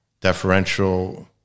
deferential